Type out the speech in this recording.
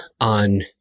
on